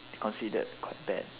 considered quite bad